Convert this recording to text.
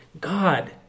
God